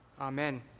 Amen